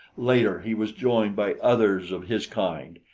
later he was joined by others of his kind.